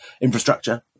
infrastructure